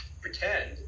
pretend